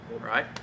right